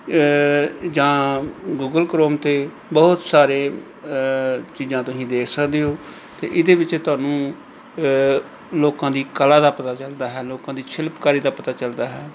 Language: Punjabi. ਜਾਂ ਗੂਗਲ ਕਰੋਮ 'ਤੇ ਬਹੁਤ ਸਾਰੇ ਚੀਜ਼ਾਂ ਤੁਸੀਂ ਦੇਖ ਸਕਦੇ ਹੋ ਅਤੇ ਇਹਦੇ ਵਿੱਚ ਤੁਹਾਨੂੰ ਲੋਕਾਂ ਦੀ ਕਲਾ ਦਾ ਪਤਾ ਚੱਲਦਾ ਹੈ ਲੋਕਾਂ ਦੀ ਸ਼ਿਲਪਕਾਰੀ ਦਾ ਪਤਾ ਚੱਲਦਾ ਹੈ